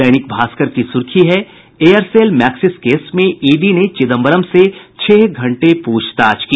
दैनिक भास्कर की सुर्खी Aircel Maxis case में ईडी ने चिदंबरम से छह घंटे पूछताछ की